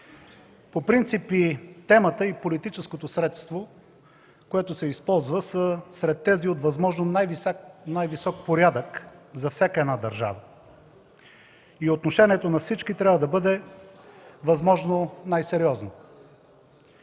По принцип и темата, и политическото средство, което се използва, са сред тези от възможно най-висок порядък за всяка една държава и отношението на всички трябва да бъде възможно най-сериозното.